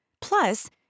Plus